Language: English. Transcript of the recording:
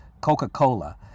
Coca-Cola